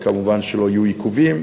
כמובן שלא יהיו עיכובים,